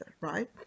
right